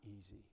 easy